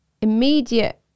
immediate